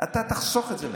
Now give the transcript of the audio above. אתה תחסוך את זה מעצמך.